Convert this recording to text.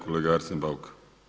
Kolega Arsen Bauk.